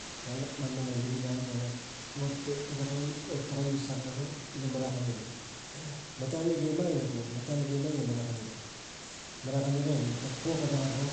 Mamana vivilai ot ot malang ot pakik gi sang lava ina marakani ra matan ne gima gi marakani re, marakani ina pok pok ro